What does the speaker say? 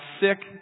sick